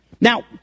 Now